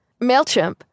MailChimp